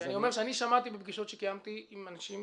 אני אומר ששמעתי בפגישות שקיימתי עם אנשים